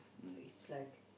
it's like